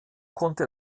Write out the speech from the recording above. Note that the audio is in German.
konnte